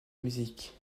musique